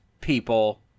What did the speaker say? people